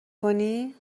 کنی